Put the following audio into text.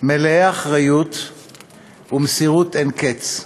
מלאי אחריות ומסירות אין קץ,